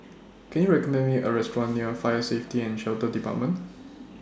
Can YOU recommend Me A Restaurant near Fire Safety and Shelter department